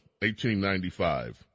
1895